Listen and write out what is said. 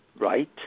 right